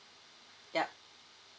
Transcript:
yup